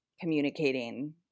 communicating